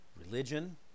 religion